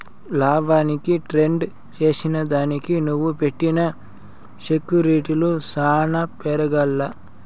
లాభానికి ట్రేడ్ చేసిదానికి నువ్వు పెట్టిన సెక్యూర్టీలు సాన పెరగాల్ల